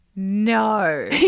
No